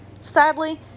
Sadly